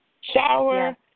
shower